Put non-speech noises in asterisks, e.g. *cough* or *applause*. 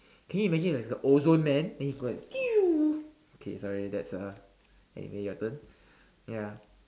can you imagine if you're the ozone man then you go and *noise* okay sorry that's uh anyway your turn ya